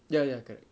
ya ya correct